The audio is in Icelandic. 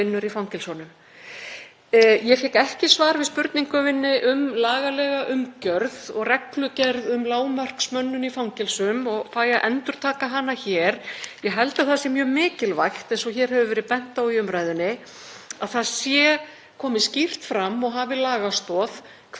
endurtaka hana hér. Ég held að það sé mjög mikilvægt, eins og hér hefur verið bent á í umræðunni, að það komi skýrt fram og hafi lagastoð hvernig eigi að manna fangelsin, deildirnar og fangelsin með tilliti til þess hvort um sé að ræða opin fangelsi eða öryggisfangelsi, og að það